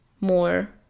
more